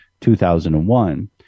2001